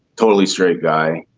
totally straight guy.